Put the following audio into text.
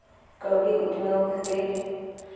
ᱠᱟᱹᱣᱰᱤ ᱩᱛᱱᱟᱹᱣ ᱠᱷᱟᱹᱛᱤᱨ